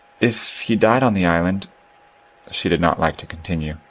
if he died on the island she did not like to continue.